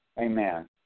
Amen